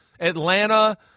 Atlanta